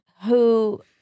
who-